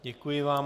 Děkuji vám.